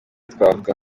twavuga